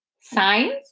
Signs